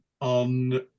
on